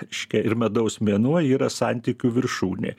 reiškia ir medaus mėnuo yra santykių viršūnė